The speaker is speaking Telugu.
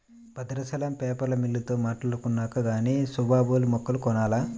బద్రాచలం పేపరు మిల్లోల్లతో మాట్టాడుకొన్నాక గానీ సుబాబుల్ మొక్కలు కొనాల